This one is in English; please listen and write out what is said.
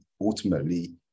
ultimately